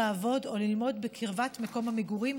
לעבוד או ללמוד בקרבת מקום המגורים,